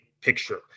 picture